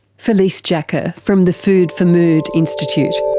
felice jacka from the food for mood institute.